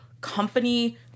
company